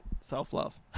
self-love